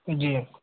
जी